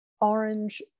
orange